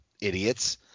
idiots